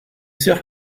sœur